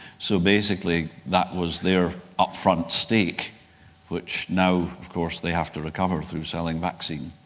so basically that was their upfront stake which now of course they have to recover through selling vaccine,